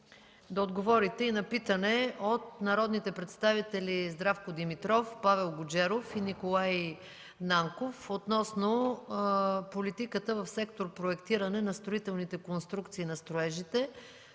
да отговорите и на питане от народните представители Здравко Димитров, Павел Гуджеров и Николай Нанков относно политиката в сектор „Проектиране на строителните конструкции на строежите